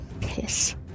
kiss